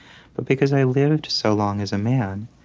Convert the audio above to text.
but because i lived so long as a man,